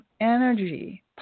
energy